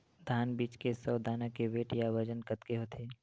धान बीज के सौ दाना के वेट या बजन कतके होथे?